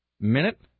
minute